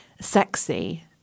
sexy